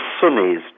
Sunnis